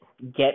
Get